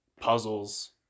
puzzles